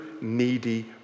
needy